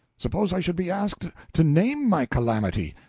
suppose i should be asked to name my calamity?